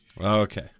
Okay